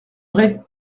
vrai